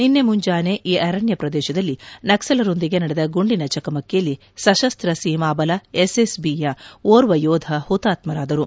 ನಿನ್ನೆ ಮುಂಜಾನೆ ಈ ಅರಣ್ನ ಪ್ರದೇಶದಲ್ಲಿ ನಕ್ಷಲರೊಂದಿಗೆ ನಡೆದ ಗುಂಡಿನ ಚಕಮಕಿಯಲ್ಲಿ ಸಶಸ್ತ್ರ ಸೀಮಾ ಬಲ ಎಸ್ಎಸ್ಬಿಯ ಓರ್ವ ಯೋಧ ಹುತಾತ್ಮರಾಗಿದ್ದರು